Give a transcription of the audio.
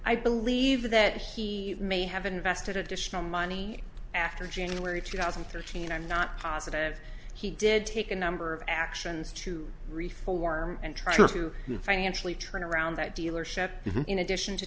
i believe that he may have invested additional money after january two thousand and thirteen and i'm not positive he did take a number of actions to reform and trying to financially turnaround that dealership in addition to